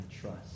trust